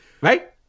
Right